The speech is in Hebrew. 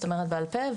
כלומר בעל-פה,